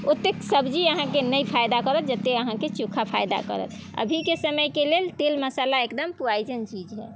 ओतेक सब्जी अहाँकेँ नहि फायदा करत जते अहाँकेँ चोखा फायदा करत अभीके समयके लेल तेल मसाला एकदम पोइजन चीज हइ